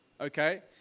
Okay